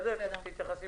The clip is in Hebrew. בסדר?